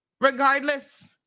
regardless